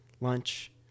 lunch